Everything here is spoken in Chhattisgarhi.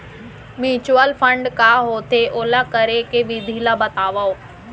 म्यूचुअल फंड का होथे, ओला करे के विधि ला बतावव